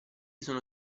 sono